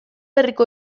herriko